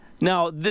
Now